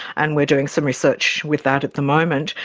and we are doing some research with that at the moment.